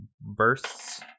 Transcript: bursts